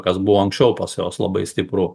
kas buvo anksčiau pas juos labai stipru